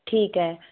ठीक आहे